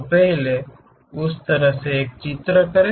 तो पहले उस तरह से एक चित्र करें